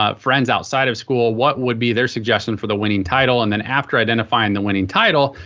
ah friends outside of school. what would be their suggestion for the winning title? and then after identifying the winning title,